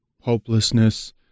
hopelessness